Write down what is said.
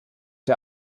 der